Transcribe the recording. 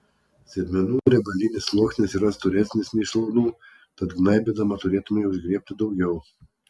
sėdmenų riebalinis sluoksnis yra storesnis nei šlaunų tad gnaibydama turėtumei užgriebti daugiau